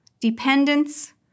dependence